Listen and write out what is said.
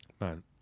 man